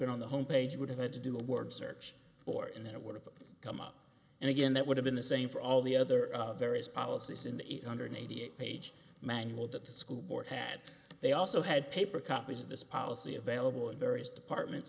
it on the home page would have had to do a word search or in that it would have come up and again that would have been the same for all the other various policies in the eight hundred eighty eight page manual that the school board had they also had paper copies of this policy available in various department